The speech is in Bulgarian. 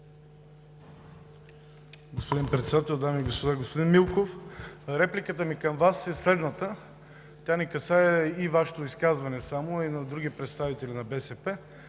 Господин Председател, дами и господа! Господин Милков, репликата ми към Вас е следната. Тя не касае само Вашето изказване, а и на други представители на БСП